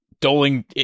doling